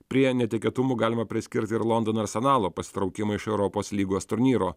prie netikėtumų galima priskirti ir londono arsenalo pasitraukimą iš europos lygos turnyro